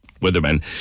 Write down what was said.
Weatherman